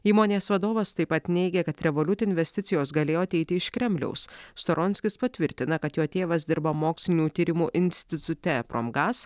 įmonės vadovas taip pat neigia kad revolut investicijos galėjo ateiti iš kremliaus storonskis patvirtina kad jo tėvas dirba mokslinių tyrimų institute promgas